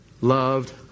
loved